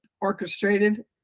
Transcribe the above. orchestrated